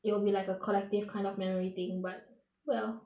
it will be like a collective kind of memory thing but well